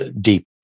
deep